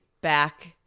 back